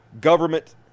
government